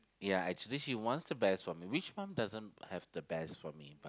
ya actually she wants the best for me which mum doesn't have the best for me